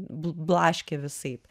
bl blaškė visaip